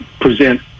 present